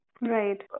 Right